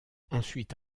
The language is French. ensuite